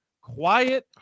quiet